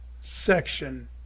section